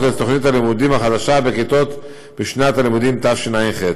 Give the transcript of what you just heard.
את תוכנית הלימודים החדשה בכיתות בשנת הלימודים תשע"ח.